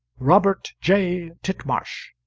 robert j. titmarsh